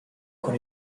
con